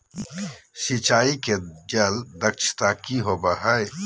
सिंचाई के जल दक्षता कि होवय हैय?